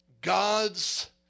God's